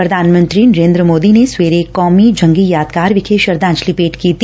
ਪ੍ਰਧਾਨ ਮੰਤਰੀ ਨਰੇਦਰ ਮੋਦੀ ਨੇ ਸਵੇਰੇ ਕੌਮੀ ਜੰਗੀ ਯਾਦਗਾਰ ਵਿਖੇ ਸ਼ਰਧਾਂਜਲੀ ਭੇਂਟ ਕੀਤੀ